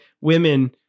women